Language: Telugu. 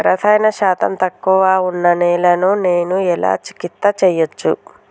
రసాయన శాతం తక్కువ ఉన్న నేలను నేను ఎలా చికిత్స చేయచ్చు?